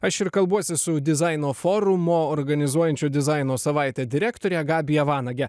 aš ir kalbuosi su dizaino forumo organizuojančio dizaino savaitę direktore gabija vanage